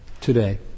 today